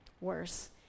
worse